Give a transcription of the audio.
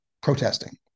protesting